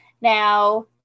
now